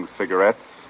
cigarettes